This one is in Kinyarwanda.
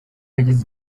yagize